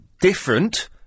different